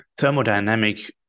thermodynamic